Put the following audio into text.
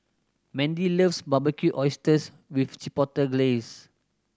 Mendy loves Barbecued Oysters with Chipotle Glaze